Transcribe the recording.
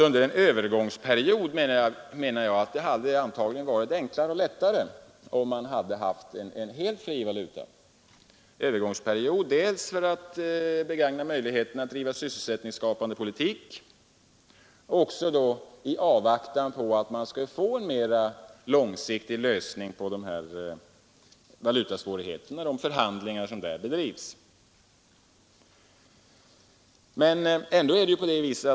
Under en övergångsperiod hade det varit enklare och lättare att ha en helt fri valuta, för att kunna begagna möjligheterna att bedriva sysselsättningsskapande politik och i avvaktan på en mera långsiktig lösning på valutaproblemen genom de förhandlingar som bedrivs.